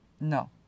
no